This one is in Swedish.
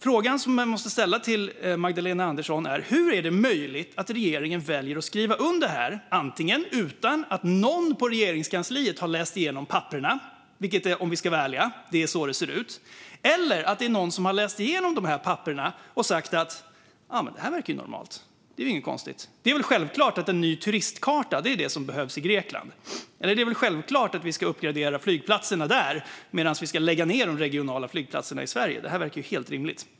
Frågan som jag måste ställa till Magdalena Andersson är hur det är möjligt att regeringen väljer att skriva under det här, antingen utan att någon på Regeringskansliet läst igenom papperen - om vi ska vara ärliga är det så det ser ut - eller efter att någon läst igenom de här papperen och sagt: Ja, men det här verkar ju normalt. Det är inget konstigt. Det är väl självklart att en ny turistkarta är det som behövs i Grekland. Det är väl självklart att vi ska uppgradera flygplatserna där medan vi ska lägga ned de regionala flygplatserna i Sverige. Det verkar ju helt rimligt.